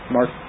Mark